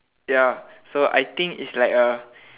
ya so I think it's like a